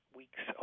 weeks